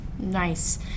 Nice